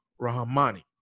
Rahmani